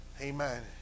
Amen